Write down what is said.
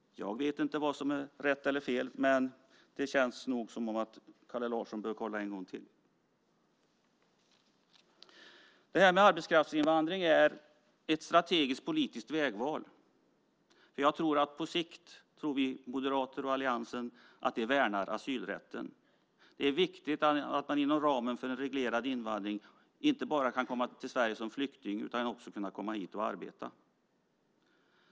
Jag vet inte vad som är rätt eller fel, men det känns som att Kalle Larsson behöver kolla en gång till. Arbetskraftsinvandring är ett strategiskt politiskt vägval. Vi moderater och vi i alliansen tror att det värnar asylrätten på sikt. Det är viktigt att man inom ramen för en reglerad invandring inte bara kan komma till Sverige som flykting utan också kan komma hit och arbeta.